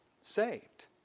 saved